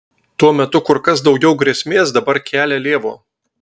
tuo metu kur kas daugiau grėsmės dabar kelia lėvuo